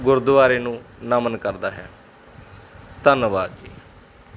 ਗੁਰਦੁਆਰੇ ਨੂੰ ਨਮਨ ਕਰਦਾ ਹੈ ਧੰਨਵਾਦ ਜੀ